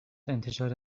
انتشار